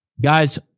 guys